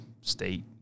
state